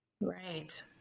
right